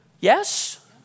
yes